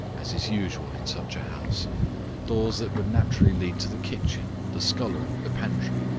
as is usual in such a house doors that would naturally lead to the kitchen, the scullery, the pantry,